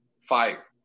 Fire